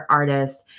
artist